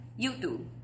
YouTube